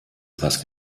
was